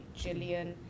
Jillian